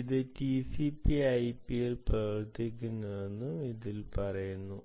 ഇത് TCP IP യിൽ പ്രവർത്തിക്കുന്നുവെന്നും ഇത് പറയുന്നു